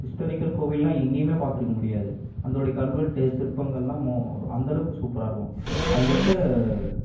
ஹிஸ்டாரிக்கள் கோவில்லாம் எங்கேயுமே பார்த்துருக்க முடியாது அதோடைய கல்வெட்டு சிற்பங்கள்லாம் மோ அந்தளவுக்கு சூப்பராக இருக்கும் அதில் இருக்கற